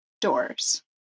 doors